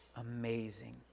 amazing